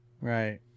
right